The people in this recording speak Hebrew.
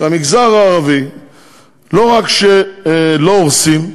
במגזר הערבי לא רק שלא הורסים,